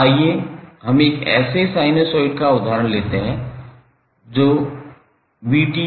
आइए हम एक ऐसे साइनसॉइड का उदाहरण लेते हैं जो 𝑡12cos50𝑡10° है